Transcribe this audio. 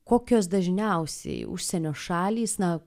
kokios dažniausiai užsienio šalys na